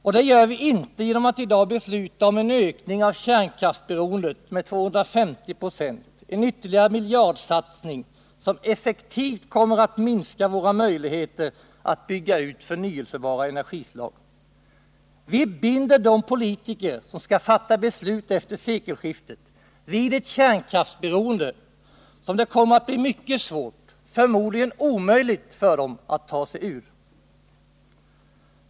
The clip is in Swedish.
Och det gör vi inte genom att i dag besluta om en ökning av kärnkraftsberoendet med 250 260, en ytterligare miljardsatsning som effektivt kommer att minska våra möjlighe ter att bygga ut förnyelsebara energislag. Vi binder de politiker som skall fatta beslut efter sekelskiftet vid ett kärnkraftberoende, som det kommer att bli mycket svårt, förmodligen omöjligt, för dem att ta sig ur.